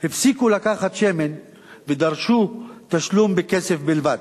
הפסיקו לקחת שמן ודרשו תשלום בכסף בלבד.